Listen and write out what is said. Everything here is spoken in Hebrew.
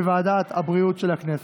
לוועדת הבריאות נתקבלה.